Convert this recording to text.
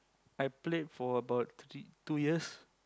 I played for about two three two years